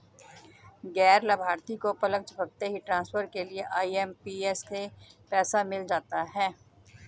गैर लाभार्थी को पलक झपकते ही ट्रांसफर के लिए आई.एम.पी.एस से पैसा मिल जाता है